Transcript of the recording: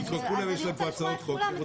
לכולם יש פה הצעות חוק.